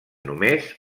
només